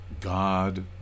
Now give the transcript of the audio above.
God